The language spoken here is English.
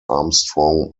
armstrong